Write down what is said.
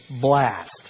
blast